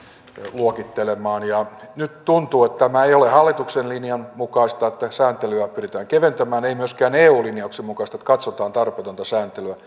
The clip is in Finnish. luokittelemaan nyt tuntuu että tämä ei ole hallituksen linjan mukaista että sääntelyä pyritään keventämään ei myöskään sen eu linjauksen mukaista että katsotaan tarpeetonta sääntelyä